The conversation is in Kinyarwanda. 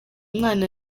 mwana